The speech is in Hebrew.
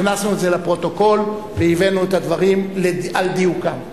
הכנסנו את זה לפרוטוקול והבאנו את הדברים על דיוקם.